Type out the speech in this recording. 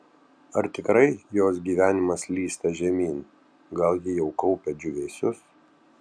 ar tikrai jos gyvenimas slysta žemyn gal ji jau kaupia džiūvėsius